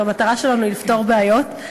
והמטרה שלנו היא לפתור בעיות,